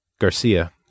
Garcia